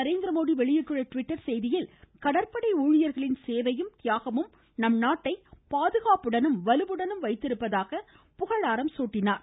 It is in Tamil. நரேந்திர மோதி வெளியிட்டுள்ள டிவிட்டர் செய்தியில் கடற்படை ஊழியர்களின் சேவையும் தியாகமும் நம்நாட்டை பாதுகாப்புடனும் வலுவுடனும் வைத்திருப்பதாக புகழாரம் சூட்டினார்